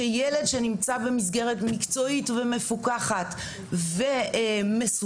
שילד שנמצא במסגרת מקצועית ומפוקחת ומסודרת,